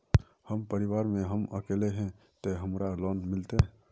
हम परिवार में हम अकेले है ते हमरा लोन मिलते?